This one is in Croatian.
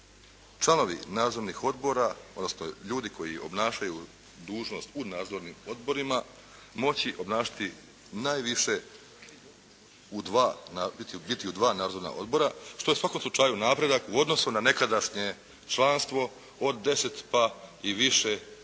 članovi nadzornih odbora, odnosno ljudi koji obnašaju dužnost u nadzornim odborima moći obnašati najviše u dva, biti u dva nadzorna odbora što je u svakom slučaju napredak u odnosu na nekadašnje članstvo od 10 pa i više